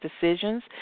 decisions